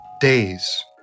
days